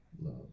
love